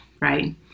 right